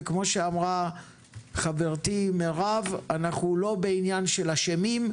וכמו שאמרה חברתי מירב אנחנו לא בעניין של אשמים,